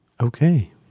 Okay